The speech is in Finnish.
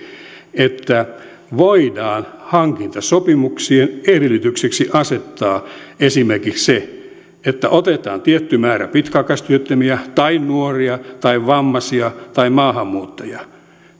että voidaan hankintasopimuksien edellytykseksi asettaa esimerkiksi se että otetaan tietty määrä pitkäaikaistyöttömiä tai nuoria tai vammaisia tai maahanmuuttajia